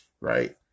right